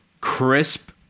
crisp